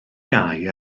gai